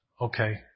okay